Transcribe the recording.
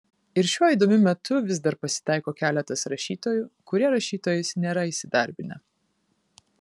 ir šiuo įdomiu metu vis dar pasitaiko keletas rašytojų kurie rašytojais nėra įsidarbinę